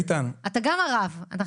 גם אתה הרב.